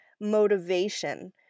motivation